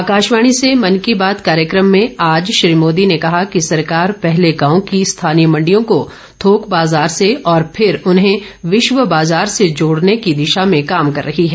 आकाशवाणी से मन की बात कार्यक्रम में आज श्री मोदी ने कहा कि सरकार पहले गांव की स्थानीय मण्डियों को थोक बाजार से और फिर उन्हें विश्व बाजार से जोड़ने की दिशा में काम कर रही है